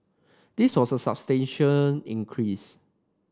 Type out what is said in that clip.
this was a substantial increase